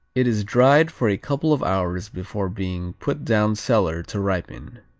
it is dried for a couple of hours before being put down cellar to ripen.